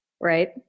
right